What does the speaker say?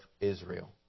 Israel